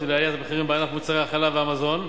לעליית המחירים בענף מוצרי החלב והמזון.